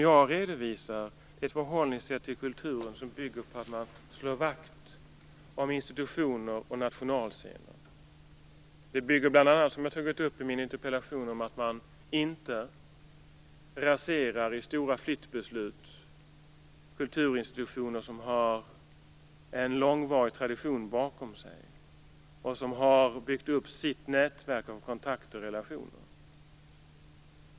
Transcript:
Jag redovisar ett förhållningssätt till kulturen som bygger på att man slår vakt om institutioner och nationalscener. Som jag har tagit upp i min interpellation bygger det bl.a. på att man inte, i och med stora flyttbeslut, raserar kulturinstitutioner som har en lång tradition bakom sig och som har byggt upp sitt nätverk av kontakter och relationer.